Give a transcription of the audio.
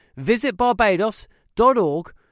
visitbarbados.org